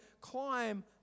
climb